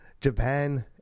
Japan